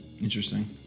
Interesting